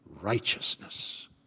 righteousness